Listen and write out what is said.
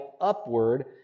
upward